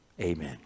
Amen